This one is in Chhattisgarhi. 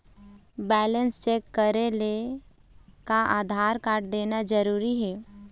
बैलेंस चेक करेले का आधार कारड देना जरूरी हे?